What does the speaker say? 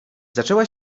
zaczęła